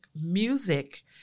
Music